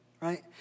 right